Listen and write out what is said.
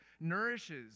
nourishes